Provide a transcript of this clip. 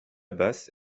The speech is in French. basse